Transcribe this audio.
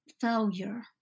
failure